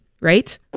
Right